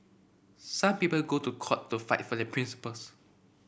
some people go to court to fight for their principles